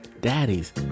daddies